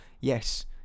yes